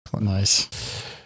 Nice